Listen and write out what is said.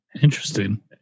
interesting